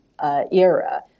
era